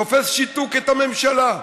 תופס שיתוק את הממשלה,